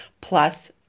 plus